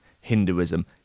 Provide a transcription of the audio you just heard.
hinduism